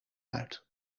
uit